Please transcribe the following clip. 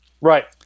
Right